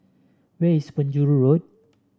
where is Penjuru Road